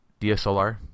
DSLR